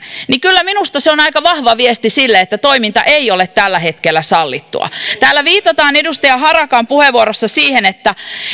niin kyllä minusta se on aika vahva viesti siitä että toiminta ei ole tällä hetkellä sallittua täällä viitataan edustaja harakan puheenvuorossa siihen että